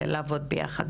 לעבוד ביחד,